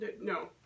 no